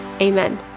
Amen